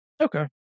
Okay